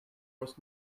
was